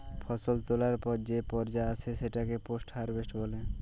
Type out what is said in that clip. ফসল তোলার পর যে পর্যা আসে সেটাকে পোস্ট হারভেস্ট বলে